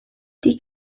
die